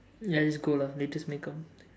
ya just go lah latest make up